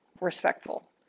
respectful